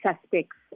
suspects